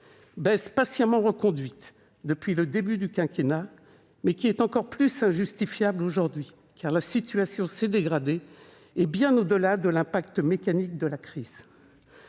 a été patiemment reconduite depuis le début du quinquennat, mais elle est encore plus injustifiable, alors que la situation s'est dégradée bien au-delà de l'impact mécanique de la crise.